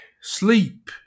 Sleep